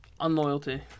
Unloyalty